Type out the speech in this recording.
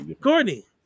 courtney